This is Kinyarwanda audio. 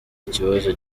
ikibazo